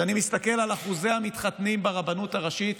כשאני מסתכל על אחוזי המתחתנים ברבנות הראשית,